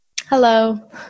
Hello